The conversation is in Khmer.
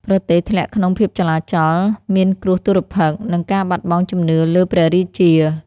ប្រទេសធ្លាក់ក្នុងភាពចលាចល មានគ្រោះទុរ្ភិក្ស និងការបាត់បង់ជំនឿលើព្រះរាជា។